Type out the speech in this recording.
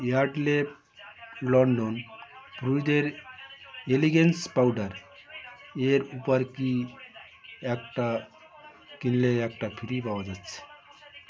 Yardley London ফ্রুইদের elegance powder এর উপর কি একটা কিনলে একটা ফ্রি পাওয়া যাচ্ছে